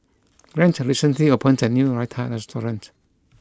Grant recently opened a new Raita restaurant